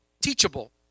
teachable